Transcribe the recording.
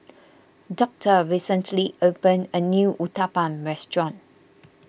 Doctor recently opened a new Uthapam restaurant